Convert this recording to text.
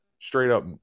straight-up